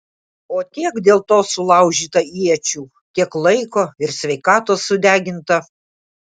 o tiek dėl to sulaužyta iečių tiek laiko ir sveikatos sudeginta